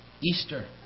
Easter